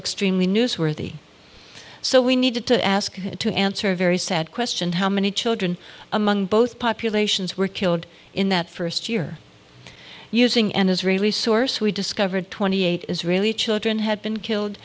extremely newsworthy so we need to ask to answer a very sad question how many children among both populations were killed in that first year using an israeli source we discovered twenty eight israeli children had been killed